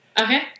Okay